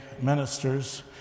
ministers